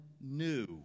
new